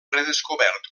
redescobert